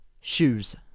Shoes